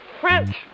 French